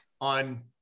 on